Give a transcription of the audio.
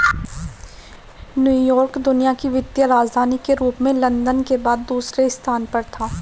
New York दुनिया की वित्तीय राजधानी के रूप में लंदन के बाद दूसरे स्थान पर था